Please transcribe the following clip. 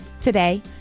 today